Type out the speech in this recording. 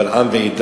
קבל עם ועדה,